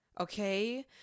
okay